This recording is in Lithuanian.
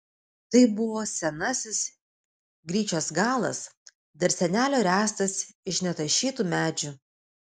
tai buvo senasis gryčios galas dar senelio ręstas iš netašytų medžių